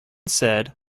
said